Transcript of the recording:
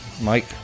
Mike